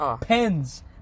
Pens